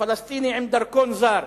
פלסטינים עם דרכון זר,